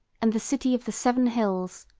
and the city of the seven hills,